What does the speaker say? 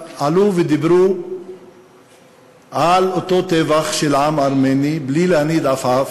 שדיברו על אותו טבח של העם הארמני בלי להניד עפעף,